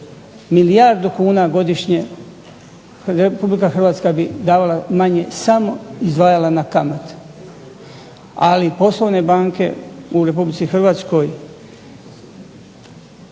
milijardu kuna godišnje Republika Hrvatska manje bi izdvajala samo na kamate. Ali poslovne banke u Republici Hrvatskoj